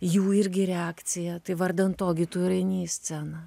jų irgi reakciją tai vardan to gi tu ir eini į sceną